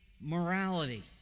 morality